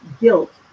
guilt